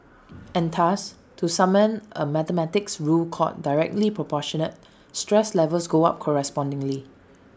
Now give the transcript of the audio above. and thus to summon A mathematics rule called directly Proportional stress levels go up correspondingly